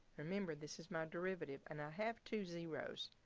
remember this is my derivative, and i have two zeros.